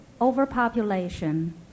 overpopulation